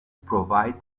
provide